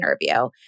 interview